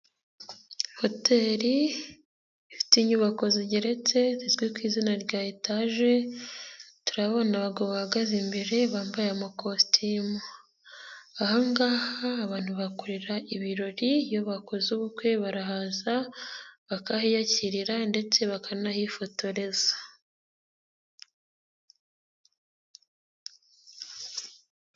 Hoteri ifite inyubako zigeretse zizwi ku izina rya etaje, turabona abagabo bahagaze imbere bambaye amakositimu, ahangaha abantu bakorera ibirori iyo bakoze ubukwe, barahaza bakahiyakirira ndetse bakanahifotoreza.